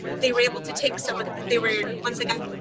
they were able to take some they were once again